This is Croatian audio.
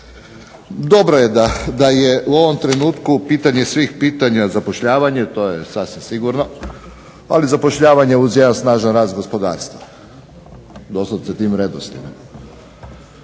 Dobro je da je u ovom trenutku pitanje svih pitanja zapošljavanje, to je sasvim sigurno, ali zapošljavanje uz jedan snažan rast gospodarstva, doslovce tim redoslijedom.